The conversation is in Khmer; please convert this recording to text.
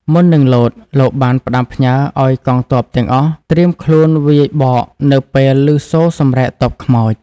មុននឹងលោត លោកបានផ្ដាំផ្ញើឱ្យកងទ័ពទាំងអស់ត្រៀមខ្លួនវាយបកនៅពេលឮសូរសម្រែកទ័ពខ្មោច។